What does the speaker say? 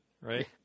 right